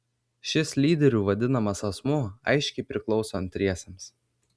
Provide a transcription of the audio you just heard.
šis lyderiu vadinamas asmuo aiškiai priklauso antriesiems